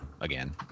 again